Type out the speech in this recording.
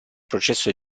processo